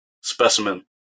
specimen